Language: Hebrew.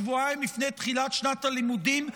שבועיים לפני תחילת שנת הלימודים,